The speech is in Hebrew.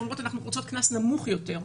שהן רוצות קנס נמוך יותר,